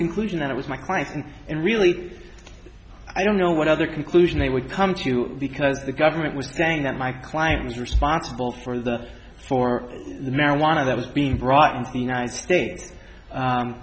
conclusion that it was my client and and really i don't know what other conclusion they would come to because the government was saying that my client was responsible for the for the marijuana that was being brought into the united states